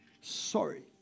sorry